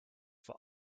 vor